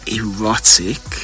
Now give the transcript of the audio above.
erotic